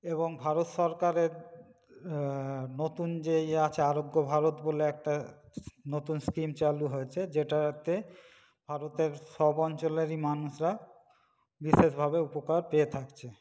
এবং ভারত সরকারের নতুন যে ইয়ে আছে আরোগ্য ভারত বলে একটা নতুন স্কিম চালু হয়েছে যেটাতে ভারতের সব অঞ্চলেরই মানুষরা বিশেষভাবে উপকার পেয়ে থাকছে